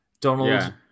donald